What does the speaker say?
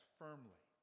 firmly